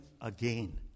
again